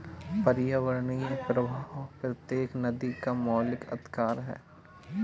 पर्यावरणीय प्रवाह प्रत्येक नदी का मौलिक अधिकार है